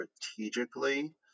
strategically